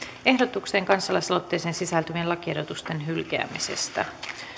ehdotukseen kansalaisaloitteeseen sisältyvien lakiehdotusten hylkäämisestä